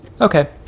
Okay